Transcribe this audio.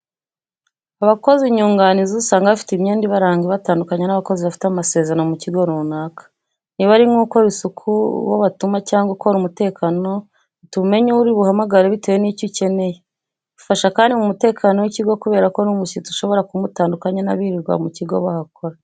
Abakozi nyunganizi usanga bafite imyenda ibaranga ibitandukanya n'abakozi bafite amasezerano mu kigo runaka. Niba ari nk'ukora isuku, uwo batuma cyangwa ukora umutekano, bituma umenya uwo uri buhamagare bitewe n'icyo ukeneye. Bifasha kandi mu mutekano w'ikigo kubera ko n'umushyitsi ushobora kumutandukanya n'abirirwa mu kigo bahakora.